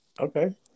Okay